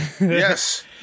Yes